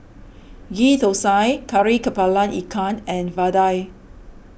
Ghee Thosai Kari Kepala Ikan and Vadai